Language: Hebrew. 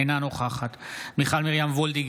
אינה נוכחת מיכל מרים וולדיגר,